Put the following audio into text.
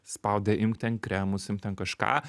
spaudė imk ten kremus imk ten kažką